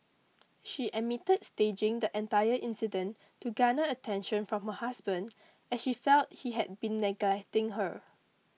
she admitted staging the entire incident to garner attention from her husband as she felt he had been neglecting her